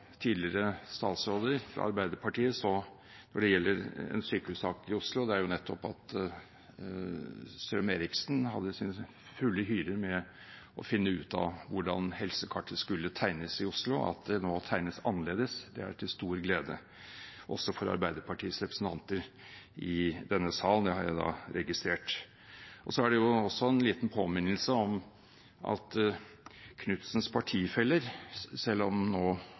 tidligere statsråder fra Arbeiderpartiet når det gjelder en sykehussak i Oslo, er nettopp at Strøm-Erichsen hadde sin fulle hyre med å finne ut av hvordan helsekartet skulle tegnes i Oslo. At det nå tegnes annerledes, er til stor glede også for Arbeiderpartiets representanter i denne salen – det har jeg registrert. Det er også en liten påminnelse om at Knutsens partifeller – selv om Oslo kommune som fylkeskommune nå